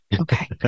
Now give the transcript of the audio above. Okay